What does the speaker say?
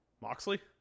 Moxley